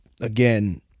again